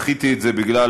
דחיתי את זה בגלל,